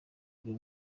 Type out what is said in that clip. ari